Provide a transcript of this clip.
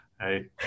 Hey